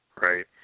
Right